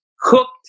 cooked